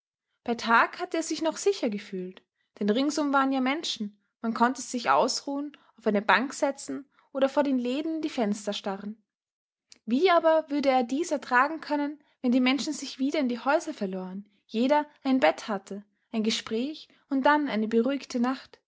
bei tag hatte er sich noch sicher gefühlt denn ringsum waren ja menschen man konnte sich ausruhen auf eine bank setzen oder vor den läden in die fenster starren wie aber würde er dies ertragen können wenn die menschen sich wieder in die häuser verloren jeder ein bett hatte ein gespräch und dann eine beruhigte nacht